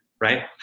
Right